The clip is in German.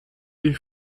die